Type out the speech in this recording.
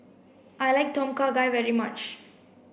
I like Tom Kha Gai very much